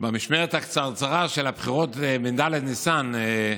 במשמרת הקצרצרה של הבחירות בד' בניסן,